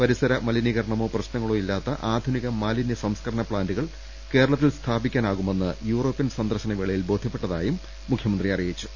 പരിസരമലിനീകരണമോ പ്രശ്നങ്ങളോ ഇല്ലാത്ത ആധുനിക മാലിന്യ സംസ്കരണ പ്ലാന്റുകൾ കേരളത്തിൽ സ്ഥാപിക്കാനാ വുമെന്ന് യൂറോപ്യൻ സന്ദർശന വേളയിൽ ബോധ്യപ്പെട്ടതായി മുഖ്യമന്ത്രി അറിയിച്ചു